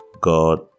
God